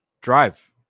drive